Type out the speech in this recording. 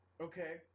Okay